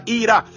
ira